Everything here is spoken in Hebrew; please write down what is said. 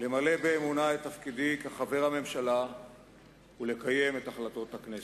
למלא באמונה את תפקידי כחבר הממשלה ולקיים את החלטות הכנסת.